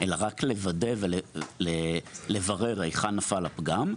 אלא רק לוודא ולברר היכן נפל הפגם,